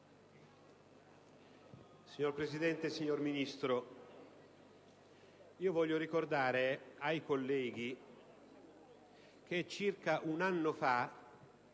Signor Presidente, signor Ministro, voglio ricordare ai colleghi che circa un anno fa